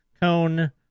cone